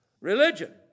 religion